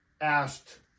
asked